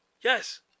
Yes